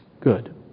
good